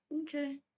okay